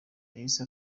yahise